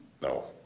no